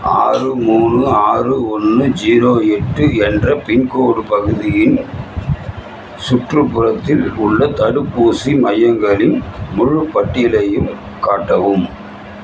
ஆறு மூணு ஆறு ஒன்று ஜீரோ எட்டு என்ற பின்கோடு பகுதியின் சுற்றுப்புறத்தில் உள்ள தடுப்பூசி மையங்களின் முழுப் பட்டியலையும் காட்டவும்